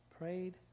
prayed